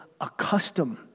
accustomed